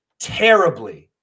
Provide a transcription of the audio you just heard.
terribly